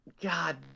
God